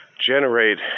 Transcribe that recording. generate